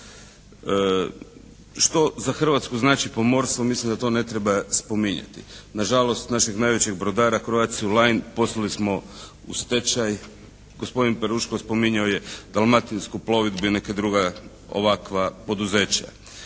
Što za Hrvatsku znači pomorstvo mislim da to ne treba spominjati. Nažalost našeg najvećeg brodara "Croatia-u Line" poslali smo u stečaj. Gospodin Peruško spominjao je "Dalmatinsku plovidbu" i neka druga ovakva poduzeća.